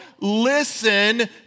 listen